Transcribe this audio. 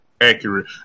Accurate